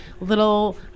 little